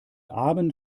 abend